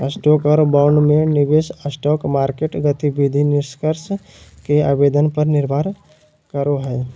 stock और bond में निवेश स्टॉक मार्केट गतिविधि निष्कर्ष के आवेदन पर निर्भर करो हइ